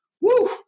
Woo